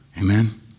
Amen